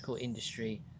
industry